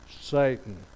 Satan